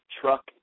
truck